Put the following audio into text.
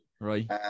Right